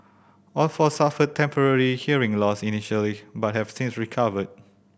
all four suffered temporary hearing loss initially but have since recovered